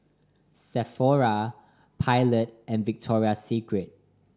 Sephora Pilot and Victoria Secret